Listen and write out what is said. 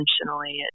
intentionally